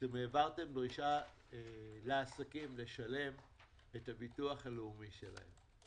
העברתם דרישה לעסקים לשלם את הביטוח הלאומי שלהם.